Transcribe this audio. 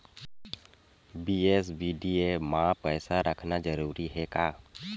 BSBDA मा पईसा रखना जरूरी हे का?